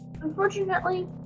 Unfortunately